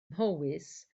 mhowys